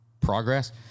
progress